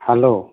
hello